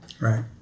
Right